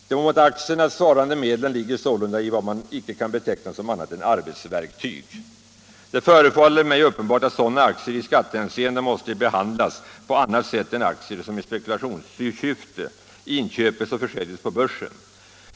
De mot aktierna svarande medlen ligger sålunda i vad man icke kan beteckna som annat än arbetsverktyg. Det förefaller mig uppenbart att sådana aktier i skattehänseende måste behandlas på annat sätt än aktier som i spekulationssyfte inköpes och försäljes på börsen.